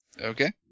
Okay